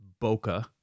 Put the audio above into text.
bokeh